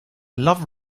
love